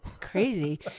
crazy